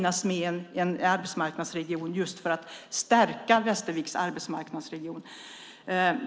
Arbetsmarknadsregionen måste finnas med för att stärka Västerviks arbetsmarknadsregion.